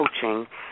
coaching